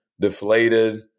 deflated